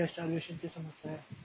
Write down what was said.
तो यह स्टारवेशन की समस्या है